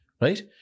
Right